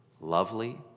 lovely